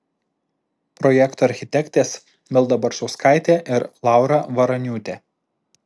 projekto architektės milda barčauskaitė ir laura varaniūtė